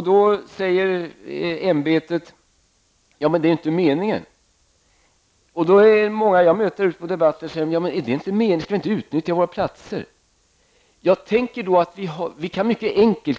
Då säger ämbetet att det inte är meningen att alla platser skall utnyttjas. I debatten möter jag sedan dem som säger: Skall vi inte utnyttja våra platser? Vi skulle kunna klara det mycket enkelt.